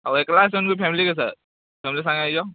ଆଉ ଏକଲା ଆସିଛନ୍ କି ଫ୍ୟାମିଲିକେ ସାଥ୍ ଫ୍ୟାମିଲି ସାଙ୍ଗେ ଆସିଛ